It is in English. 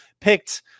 picked